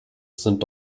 sind